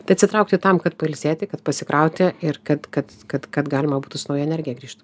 tai atsitraukti tam kad pailsėti kad pasikrauti ir kad kad kad kad galima būtų nauja energija grįžt